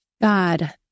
God